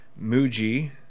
Muji